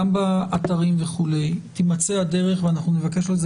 גם באתרים וכולי תימצא הדרך ואנחנו נבקש לזה